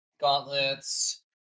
Gauntlets